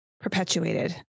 perpetuated